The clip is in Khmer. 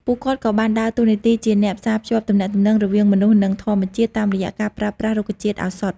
ពួកគាត់ក៏បានដើរតួនាទីជាអ្នកផ្សារភ្ជាប់ទំនាក់ទំនងរវាងមនុស្សនិងធម្មជាតិ តាមរយៈការប្រើប្រាស់រុក្ខជាតិឱសថ។